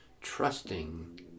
trusting